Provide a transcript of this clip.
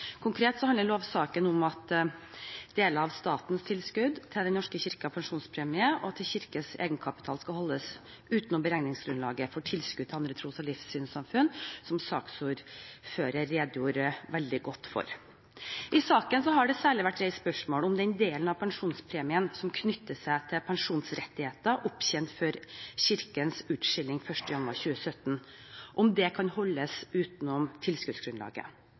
Konkret handler lovsaken om at deler av statens tilskudd til Den norske kirkes pensjonspremier og til kirkens egenkapital skal holdes utenom beregningsgrunnlaget for tilskudd til andre tros- og livssynssamfunn, som saksordfører redegjorde veldig godt for. I saken har det særlig vært reist spørsmål om den delen av pensjonspremien som knytter seg til pensjonsrettigheter opptjent før kirkens utskilling 1. januar 2017, kan holdes utenom tilskuddsgrunnlaget.